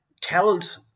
talent